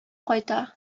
кайта